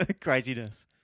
craziness